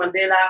Mandela